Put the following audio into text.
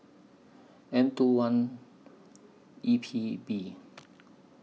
M two one E P B